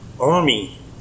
Army